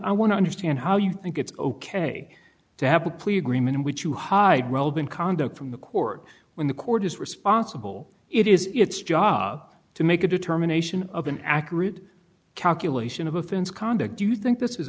i want to understand how you think it's ok to have a plea agreement in which you hide relevant conduct from the court when the court is responsible it is its job to make a determination of an accurate calculation of offense conduct do you think this is